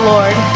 Lord